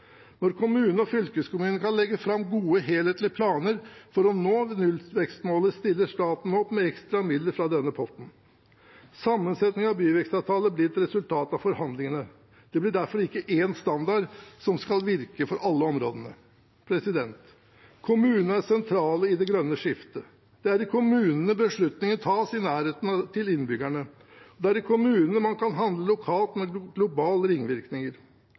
Når kommunene og fylkeskommunen kan legge fram gode, helhetlige planer for å nå nullvekstmålet, stiller staten opp med ekstra midler fra denne potten. Sammensetning i byvekstavtalene blir et resultat av forhandlingene. Det blir derfor ikke én standard som skal gjelde for alle områdene. Kommunene er sentrale i det grønne skiftet. Det er i kommunene beslutninger tas, i nærhet til innbyggerne, og det er i kommunene man kan handle lokalt med globale ringvirkninger.